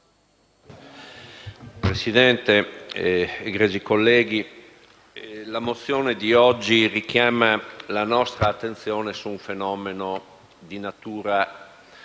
Presidente, egregi colleghi, la mozione oggi in discussione richiama la nostra attenzione su un fenomeno di natura